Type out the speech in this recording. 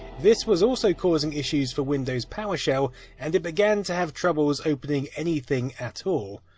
this was also causing issues for windows powershell and it began to have troubles opening anything at all.